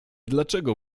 dlaczego